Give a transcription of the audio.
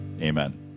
Amen